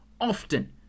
often